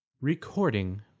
Recording